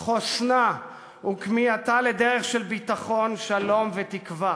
חוסנה וכמיהתה לדרך של ביטחון, שלום ותקווה.